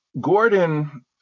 Gordon